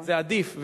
זה עדיף.